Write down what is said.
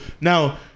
Now